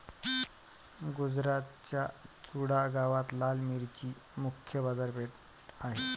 गुजरातच्या चुडा गावात लाल मिरचीची मुख्य बाजारपेठ आहे